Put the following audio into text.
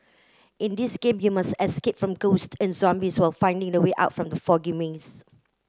in this game you must escape from ghost and zombies while finding the way out from the foggy maze